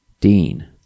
Dean